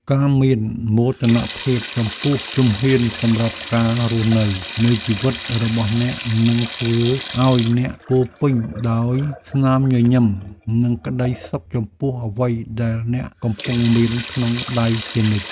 ការមានមោទនភាពចំពោះជំហានសម្រាប់ការរស់នៅនៃជីវិតរបស់អ្នកនឹងធ្វើឱ្យអ្នកពោរពេញដោយស្នាមញញឹមនិងក្ដីសុខចំពោះអ្វីដែលអ្នកកំពុងមានក្នុងដៃជានិច្ច។